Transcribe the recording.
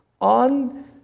On